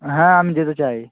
হ্যাঁ আমি যেতে চাই